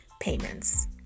Payments